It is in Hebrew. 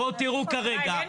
לא